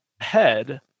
head